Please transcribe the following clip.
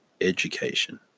education